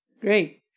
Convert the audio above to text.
Great